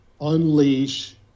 unleash